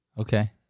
Okay